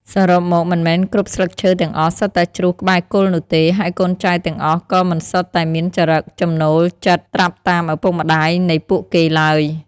សរុបមកមិនមែនគ្រប់ស្លឹកឈើទាំងអស់សុទ្ធតែជ្រុះក្បែរគល់នោះទេ ហើយកូនចៅទាំងអស់ក៏មិនសុទ្ធតែមានចរិក ចំណូលចិត្តត្រាប់តាមឪពុកម្តាយនៃពួកគេឡើយ។